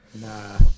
Nah